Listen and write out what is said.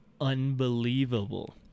Unbelievable